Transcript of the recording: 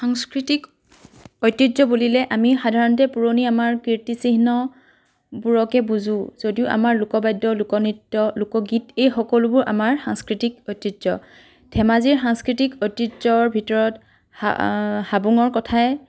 সাংস্কৃতিক ঐতিহ্য বুলিলে আমি সাধাৰণতে পুৰণি আমাৰ কীৰ্তিচিহ্নবোৰকে বুজোঁ যদিও আমাৰ লোকবাদ্য লোকনৃত্য লোকগীত এই সকলোবোৰ আমাৰ সাংস্কৃতিক ঐতিহ্য ধেমাজিৰ সাংস্কৃতিক ঐতিহ্যৰ ভিতৰত হা হাবুঙৰ কথাই